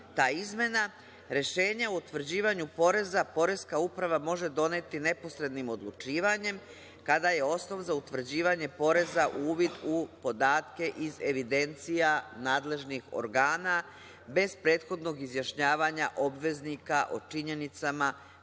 ta izmena, rešenje o utvrđivanju poreza poreska uprava može doneti neposrednim odlučivanjem kada je osnov za utvrđivanje poreza uvid u podatke iz evidencija nadležnih organa bez prethodnog izjašnjavanja obveznika o činjenicama